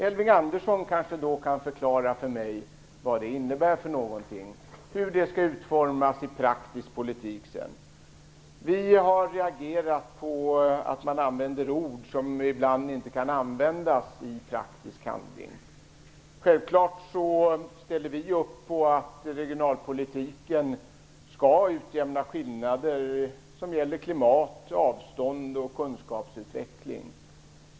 Elving Andersson kanske då kan förklara för mig vad det innebär för någonting och hur det sedan skall utformas i praktisk politik. Vi har reagerat på att man använder ord som ibland inte kan användas i praktisk handling. Självfallet ställer vi upp på att regionalpolitiken skall utjämna skillnader som gäller klimat, avstånd och kunskapsutveckling.